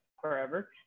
forever